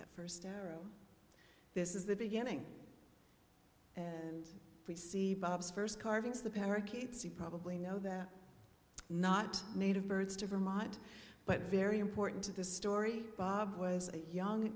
that first arrow this is the beginning and we see bob's first carvings the parakeets you probably know that not native birds to vermont but very important to the story bob was a young